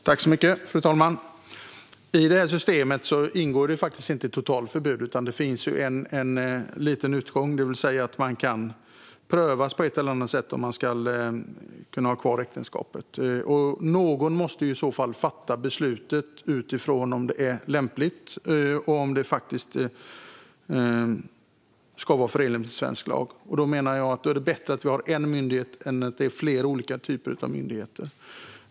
Fru talman! I detta system ingår faktiskt inte ett totalt förbud, utan det finns en liten öppning för att man kan prövas på ett eller annat sätt vad gäller huruvida man ska kunna ha kvar äktenskapet. Någon måste i så fall fatta beslutet utifrån om det är lämpligt och om det är förenligt med svensk lag. Jag menar att det då är bättre att det sköts av en myndighet än av flera olika typer av myndigheter.